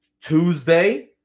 Tuesday